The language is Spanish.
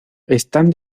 están